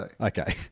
Okay